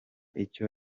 icyo